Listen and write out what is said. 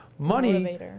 money